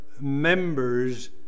members